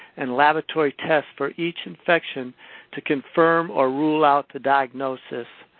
and laboratory test for each infection to confirm or rule out the diagnosis